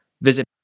Visit